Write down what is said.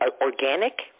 organic